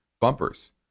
bumpers